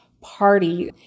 party